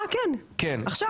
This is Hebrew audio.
אה כן, עכשיו.